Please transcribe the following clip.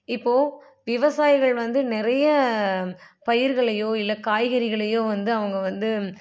இப்போது விவசாயிகள் வந்து நிறைய பயிர்களையோ இல்லை காய்கறிகளையோ வந்து அவங்கள் வந்து